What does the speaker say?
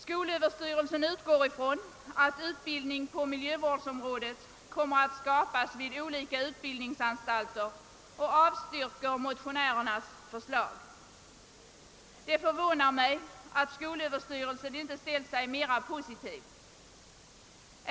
Skolöverstyrelsen utgår ifrån att utbildning på miljövårdsområdet kommer att skapas vid olika utbildningsanstalter och avstyrker motionärernas förslag. Det förvånar mig att skolöverstyrelsen inte ställt sig mera positiv.